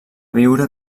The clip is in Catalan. viure